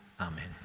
amen